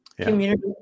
Community